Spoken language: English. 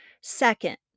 Second